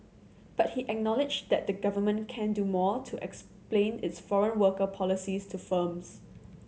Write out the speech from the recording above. but he acknowledged that the Government can do more to explain its foreign worker policies to firms